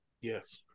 Yes